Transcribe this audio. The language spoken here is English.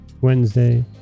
Wednesday